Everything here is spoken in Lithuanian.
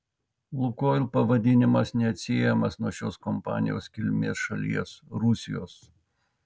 lukoil pavadinimas neatsiejamas nuo šios kompanijos kilmės šalies rusijos